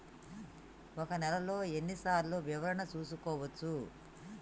ఒక నెలలో ఎన్ని సార్లు వివరణ చూసుకోవచ్చు?